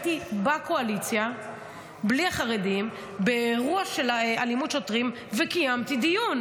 אני הייתי בקואליציה בלי החרדים באירוע של אלימות שוטרים וקיימתי דיון.